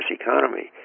economy